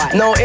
no